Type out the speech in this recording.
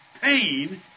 pain